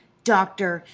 doctor,